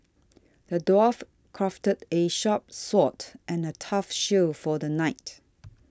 the dwarf crafted a sharp sword and a tough shield for the knight